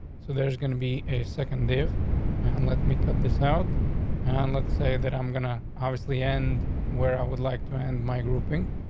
so there's gonna be a second dave and let me cut this out on. and let's say that i'm gonna obviously end where i would like to end my grouping.